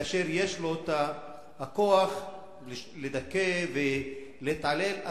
כאשר יש לו הכוח לדכא ולהתעלל,